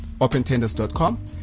opentenders.com